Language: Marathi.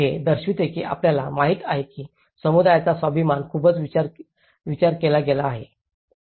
हे दर्शविते की आपल्याला माहिती आहे की समुदायाचा स्वाभिमान खूपच विचार केला गेला आहे